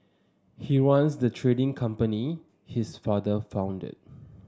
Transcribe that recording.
he runs the trading company his father founded